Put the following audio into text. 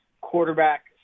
quarterback